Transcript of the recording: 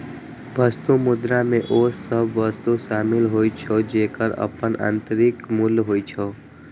वस्तु मुद्रा मे ओ सभ वस्तु शामिल होइ छै, जेकर अपन आंतरिक मूल्य होइ छै